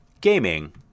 Gaming